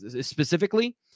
specifically